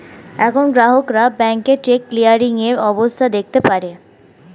এখন গ্রাহকরা ব্যাংকে চেক ক্লিয়ারিং এর অবস্থা দেখতে পারে